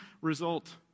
result